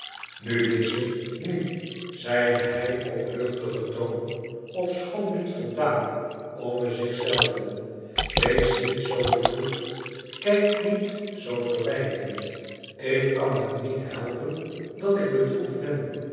nu lize nu zeide hij op luchtigen toon ofschoon niet voldaan over zich zelven wees niet zoo bedroefd kijk niet zoo verwijtend ik kan het niet helpen dat ik bedroefd ben